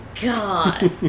god